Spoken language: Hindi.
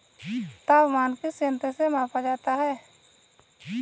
तापमान किस यंत्र से मापा जाता है?